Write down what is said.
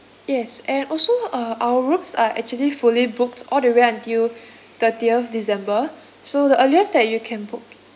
yes and also uh our rooms are actually fully booked all the way until thirtieth december so the earliest that you can book